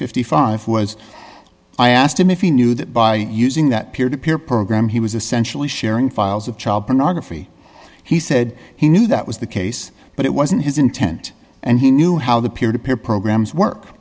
fifty five was i asked him if he knew that by using that peer to peer program he was essentially sharing files of child pornography he said he knew that was the case but it wasn't his intent and he knew how the peer to peer programs work